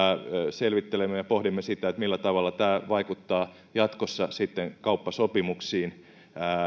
selvittelemme ja pohdimme sitä millä tavalla tämä vaikuttaa jatkossa kauppasopimuksiin